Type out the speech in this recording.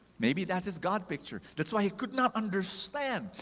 maybe that's his god picture, that's why he could not understand,